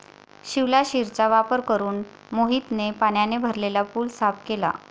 शिवलाशिरचा वापर करून मोहितने पाण्याने भरलेला पूल साफ केला